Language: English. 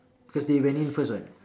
cause they went in first [what]